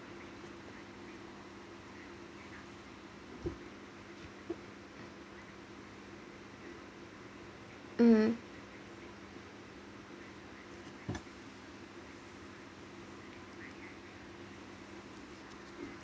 um